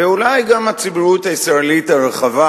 ואולי גם הציבוריות הישראלית הרחבה,